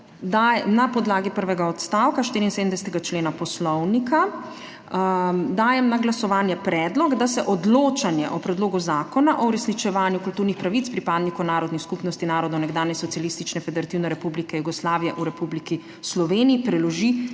Na podlagi prvega odstavka 74. člena Poslovnika dajem na glasovanje predlog, da se odločanje o Predlogu zakona o uresničevanju kulturnih pravic pripadnikov narodnih skupnosti narodov nekdanje Socialistične federativne republike Jugoslavije v Republiki Sloveniji preloži